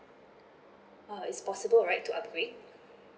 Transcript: uh is possible right to upgrade